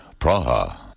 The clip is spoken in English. Praha